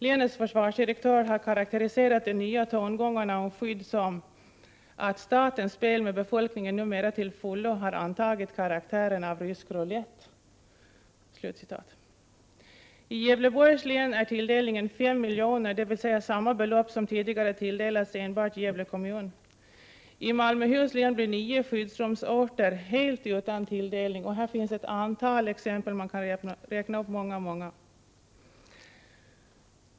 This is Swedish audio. Länets försvarsdirektör har karakteriserat de nya tongångarna om skydd som att ”statens spel med befolkningen numera till fullo har antagit karaktären av en rysk roulette”. I Gävleborgs län är tilldelningen 5 milj.kr., dvs. samma belopp som tidigare tilldelades enbart Gävle kommun. I Malmöhus län blir nio skyddsrumsorter helt utan tilldelning. Det finns ett stort antal exempel — jag skulle kunna räkna upp många fler än jag gjort nu.